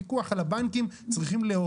דורית פרי, אזרחית ותיקה שכתבה לנו מכתב.